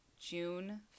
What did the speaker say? June